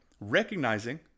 Recognizing